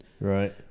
Right